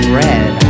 red